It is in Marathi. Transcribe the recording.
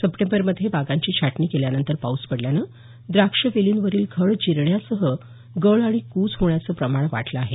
सप्टेंबरमध्ये बागांची छाटणी केल्यानंतर पाऊस पडल्यानं द्राक्ष वेलींवरील घड जिरण्यासह गळ आणि कूज होण्याचं प्रमाण वाढलं आहे